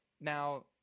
now